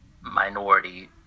minority